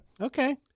Okay